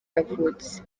yavutse